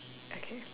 okay